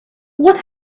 what